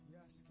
Yes